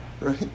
right